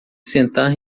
sentar